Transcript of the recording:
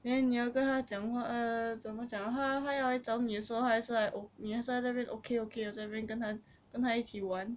then 你要跟他讲话 err 怎么讲他他要找你的时候她还是 like 你还是在那边 okay okay 的在这边跟他跟他一起玩